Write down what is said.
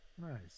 Nice